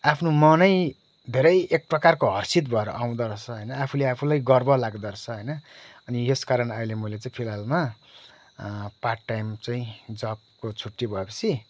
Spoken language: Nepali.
आफ्नो मनै धेरै एक प्रकारको हर्षित भएर आउँदो रहेछ होइन आफूले आफूलाई गर्व लाग्दो रहेछ होइन अनि यसकारण अहिले मैले चाहिँ फिलहाल पार्ट टाइम चाहिँ जबको छुट्टी भएपछि